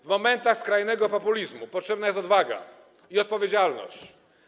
W momentach skrajnego populizmu potrzebna jest odwaga i odpowiedzialność.